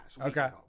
Okay